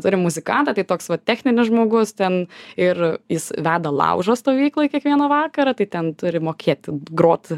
turim muzikantą tai toks va techninis žmogus ten ir jis veda laužo stovykloj kiekvieną vakarą tai ten turi mokėti grot